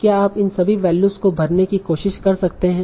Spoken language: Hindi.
क्या आप इन सभी वैल्यूज को भरने की कोशिश कर सकते हैं